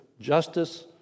justice